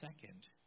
second